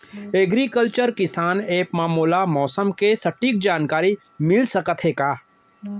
Agriculture किसान app मा मोला मौसम के सटीक जानकारी मिलिस सकत हे का?